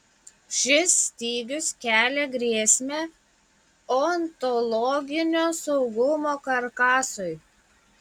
šis stygius kelia grėsmę ontologinio saugumo karkasui